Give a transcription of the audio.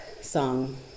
song